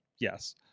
Yes